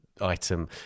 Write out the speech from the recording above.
item